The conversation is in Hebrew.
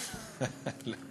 האלה בשבילנו?